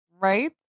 Right